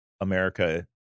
America